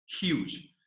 Huge